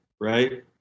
right